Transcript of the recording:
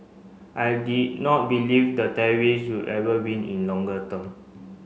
I did not believe the terrorists will ever win in longer term